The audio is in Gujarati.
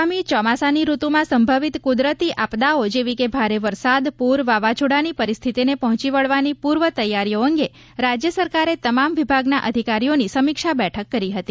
આગામી ચોમાસાની ઋતુમાં સંભવિત કુદરતી આપદાઓ જેવી કે ભારે વરસાદ પૂર વાવાઝોડાની પરિસ્થિતિને પહોંચી વળવાની પૂર્વ તૈયારીઓ અંગે રાજ્ય સરકારે તમામ વિભાગના અધિકારીઓની સમીક્ષા બેઠક કરી હતી